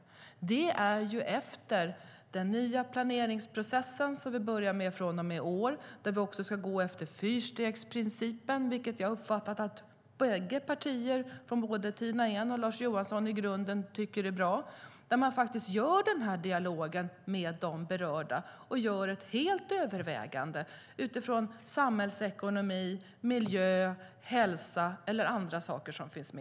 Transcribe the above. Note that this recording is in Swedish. Det ska ske efter den nya planeringsprocess som vi börjar med från och med i år där vi också ska gå efter fyrstegsprincipen, vilket jag har uppfattat att Tina Ehns och Lars Johanssons bägge partier tycker är bra. Där har man dialogen med de berörda och gör ett helt övervägande utifrån samhällsekonomi, miljö, hälsa eller andra saker.